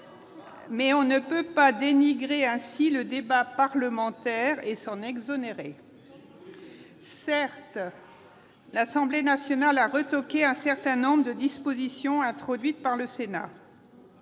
mais on ne peut pas dénigrer ainsi le débat parlementaire et s'en exonérer. Certes, l'Assemblée nationale a retoqué un certain nombre de dispositions introduites par le Sénat